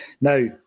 Now